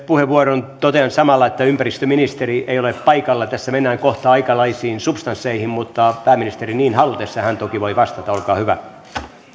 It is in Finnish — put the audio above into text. puheenvuoron totean samalla että ympäristöministeri ei ole paikalla tässä mennään kohta aikalaisiin substansseihin mutta pääministeri niin halutessaan toki voi vastata olkaa hyvä